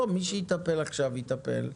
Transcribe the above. מי שיטפל עכשיו יטפל,